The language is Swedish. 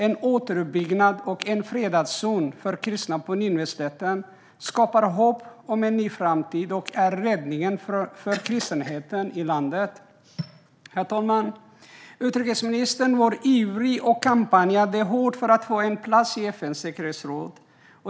En återuppbyggnad och en fredad zon för kristna på Nineveslätten skapar hopp om en ny framtid och är räddningen för kristenheten i landet. Herr talman! Utrikesministern var ivrig och kampanjade hårt för att få en plats i FN:s säkerhetsråd.